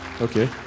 okay